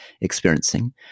experiencing